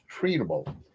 treatable